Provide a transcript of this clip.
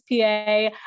PA